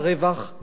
החוק הזה,